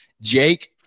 Jake